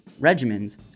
regimens